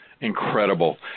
incredible